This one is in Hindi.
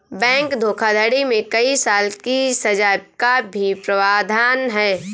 बैंक धोखाधड़ी में कई साल की सज़ा का भी प्रावधान है